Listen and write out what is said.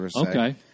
Okay